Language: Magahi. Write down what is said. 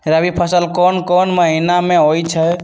रबी फसल कोंन कोंन महिना में होइ छइ?